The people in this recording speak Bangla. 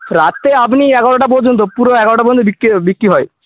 রাতে আপনি এগারোটা পর্যন্ত পুরো এগারোটা পর্যন্ত বিক্রি বিক্রি হয়